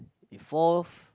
if forth